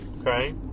Okay